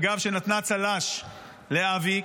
אגב, שנתנה צל"ש לאביק,